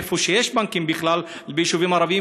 איפה שיש בנקים בכלל ביישובים ערביים,